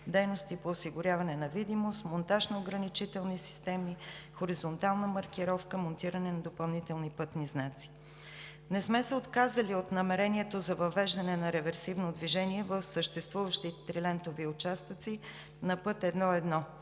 дейности по осигуряване на видимост, монтаж на ограничителни системи, хоризонтална маркировка, монтиране на допълнителни пътни знаци. Не сме се отказали от намерението за въвеждане на реверсивно движение в съществуващите трилентови участъци на път I-1.